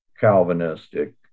Calvinistic